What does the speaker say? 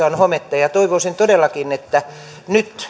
on hometta ja ja toivoisin todellakin että nyt